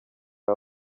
aba